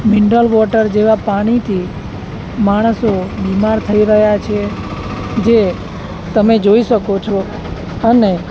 mineral water જેવાં પાણીથી માણસો બીમાર થઈ રહ્યા છે જે તમે જોઈ શકો છો અને